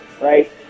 right